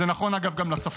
זה נכון, אגב, גם לצפון.